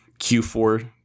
Q4